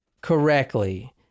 correctly